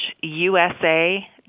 USA